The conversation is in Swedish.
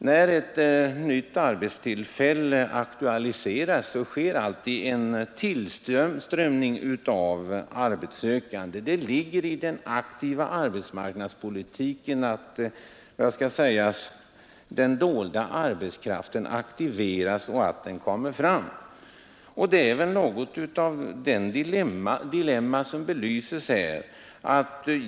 När ett nytt arbetstillfälle aktualiseras sker alltid en tillströmning av arbetssökande. Det ligger i den aktiva arbetsmarknadspolitiken att den dolda arbetskraften aktiveras och kommer fram då. Det är något av det dilemma som belyses här.